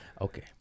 okay